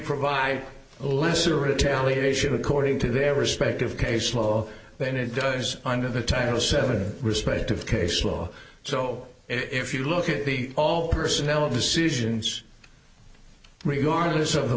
provide a lesser retaliate issue according to their respective case law than it does under the title seven respective case law so if you look at the all personnel decisions regardless